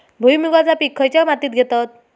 भुईमुगाचा पीक खयच्या मातीत घेतत?